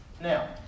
Now